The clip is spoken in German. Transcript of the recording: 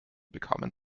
bekamen